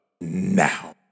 now